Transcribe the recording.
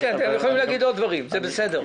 אתם יכולים להגיד עוד דברים, זה בסדר.